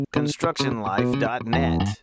ConstructionLife.net